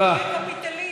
שיהיה קפיטליסט.